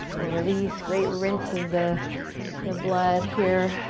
we'll release, great rinse of the the blood here.